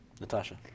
Natasha